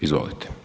Izvolite.